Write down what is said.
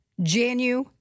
Janu